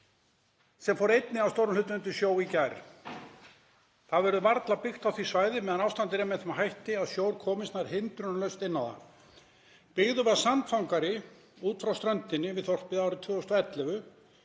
sem fór einnig að stórum hluta undir sjó í gær. Það verður varla byggt á því svæði meðan ástandið er með þeim hætti að sjór komist nær hindrunarlaust inn á það. Byggður var sandfangari út frá ströndinni við þorpið árið 2011